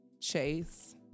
Chase